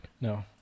No